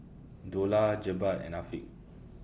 Dollah Jebat and Afiq